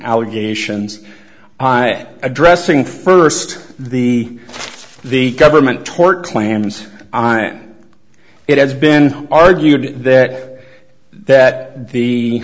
allegations i addressing first the the government tort claims i mean it has been argued that that the